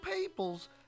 people's